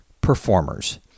performers